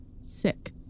Sick